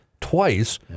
twice